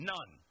None